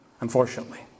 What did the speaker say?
unfortunately